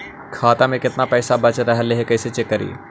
खाता में केतना पैसा बच रहले हे कैसे चेक करी?